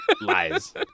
Lies